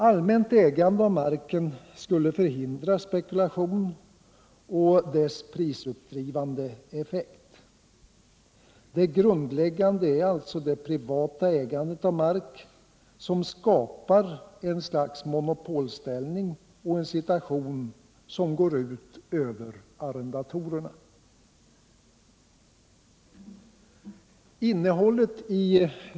Allmänt ägande av marken skulle hindra spekulation och dess prisuppdrivande effekt. Det grundläggande är alltså det privata ägandet zv mark som skapar ett slags -.monopolställning och en situation som drabbar arrendatorerna.